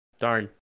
Darn